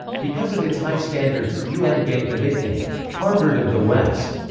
because of its high standards, u m gained the nickname harvard of the west.